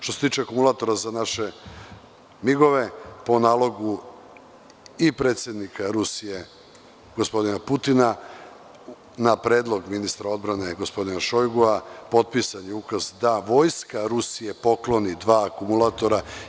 Što se tiče akumulatora za naše migove, po nalogu predsednika Rusije gospodina Putina, na predlog ministra odbrane gospodina Šojgua, potpisan je ukaz da Vojska Rusije pokloni dva akumulatora.